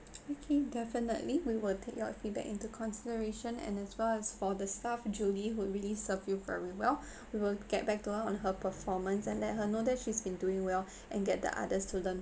okay definitely we will take your feedback into consideration and as well as for the staff julie who really served you very well we will get back to her on her performance and let her know that she's been doing well and get the others to learn